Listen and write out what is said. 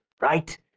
right